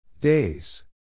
Days